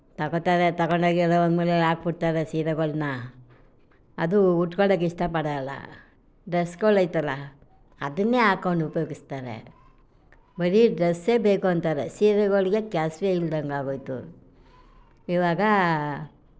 ತಗೊಳ್ತಾರೆ ತಗೊಂಡು ಹೋಗಿ ಎಲ್ಲೋ ಒಂದು ಮೂಲೆಗೆ ಹಾಕಿ ಬಿಡ್ತಾರೆ ಸೀರೆಗಳನ್ನ ಅದು ಉಟ್ಕೊಳ್ಳೋಕ್ಕೆ ಇಷ್ಟ ಪಡೋಲ್ಲ ಡ್ರೆಸ್ಗಳು ಐತಲ್ಲ ಅದನ್ನೇ ಹಾಕ್ಕೊಂಡು ಉಪಯೋಗಿಸ್ತಾರೆ ಬರೀ ಡ್ರೆಸ್ಸೇ ಬೇಕು ಅಂತಾರೆ ಸೀರೆಗಳಿಗೆ ಕೆಲಸವೇ ಇಲ್ದಂತೆ ಆಗೋಯಿತು ಈವಾಗ